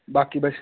बाकी बस